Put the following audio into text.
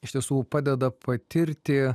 iš tiesų padeda patirti